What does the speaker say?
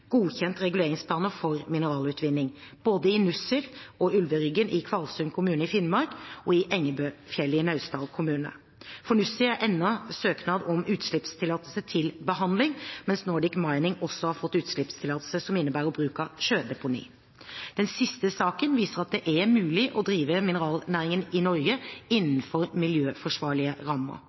reguleringsplaner for mineralutvinning både i Nussir og Ulveryggen i Kvalsund kommune i Finnmark, og i Engebøfjellet i Naustdal kommune. For Nussir er ennå søknad om utslippstillatelse til behandling, mens Nordic Mining også har fått utslippstillatelse som innebærer bruk av sjødeponi. Den siste saken viser at det er mulig å drive mineralnæringen i Norge innenfor miljøforsvarlige rammer.